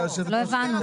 לא הבנו.